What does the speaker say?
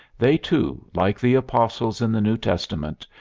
they, too, like the apostles in the new testament,